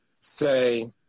say